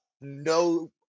no